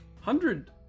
Hundred